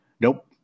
Nope